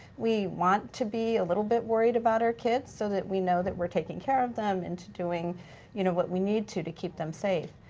we want to be a little bit worried about our kids so that we know that we're taking care of them and doing you know what we need to to keep them safe.